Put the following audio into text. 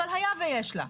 אבל היה ויש לה,